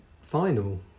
final